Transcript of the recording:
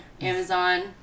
Amazon